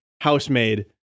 housemaid